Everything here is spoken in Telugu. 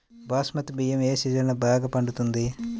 బాస్మతి బియ్యం ఏ సీజన్లో బాగా పండుతుంది?